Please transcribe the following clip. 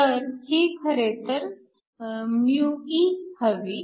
तर ही खरेतर μe हवी